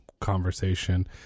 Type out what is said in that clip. conversation